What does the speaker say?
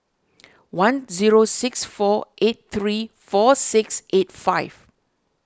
one zero six four eight three four six eight five